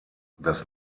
das